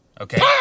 Okay